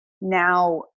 now